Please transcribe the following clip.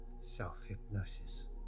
Self-hypnosis